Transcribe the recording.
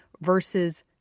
versus